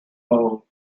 hole